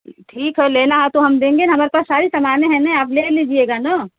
ठीक है लेना हो तो हम देंगे ना हमारे पास सारे सामान हैं आप ले लीजिएगा ना